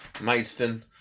Maidstone